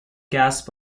gasp